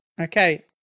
okay